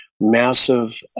massive